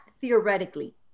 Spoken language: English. theoretically